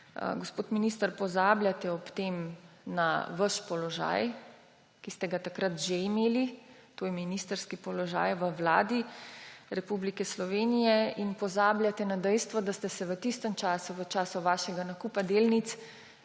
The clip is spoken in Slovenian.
Gospod minister, ob tem pa pozabljate svoj položaj, ki ste ga takrat že imeli, to je ministrski položaj v Vladi Republike Slovenije, in pozabljate na dejstvo, da ste se v tistem času, v času vašega nakupa delnic,